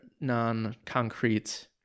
non-concrete